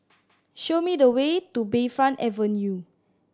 show me the way to Bayfront Avenue